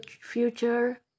future